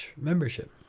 membership